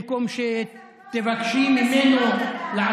במקום שתבקשי ממנו, בצלמו זה ארגון לזכויות אדם.